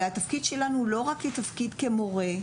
והתפקיד שלנו הוא לא רק תפקיד כמורה,